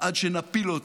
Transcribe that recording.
עד שנפיל אותם.